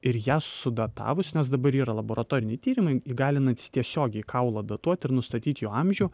ir jas sudatavus nes dabar yra laboratoriniai tyrimai įgalinantys tiesiogiai kaulą datuot ir nustatyt jo amžių